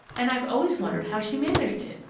and i've always wondered how she managed it,